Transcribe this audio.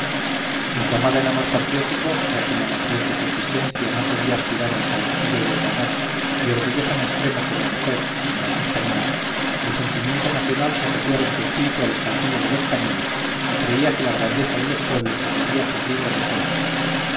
inflamada en amor patriótico ya que en la madurez de su existencia no podía aspirar al calorcillo de otro amor y orgullosa en extremo como mujer y como dama española el sentimiento nacional se asociaba en su espíritu al estampido de los cañones y creía que la grandeza de los pueblos se medía por libras de pólvora